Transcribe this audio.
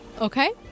Okay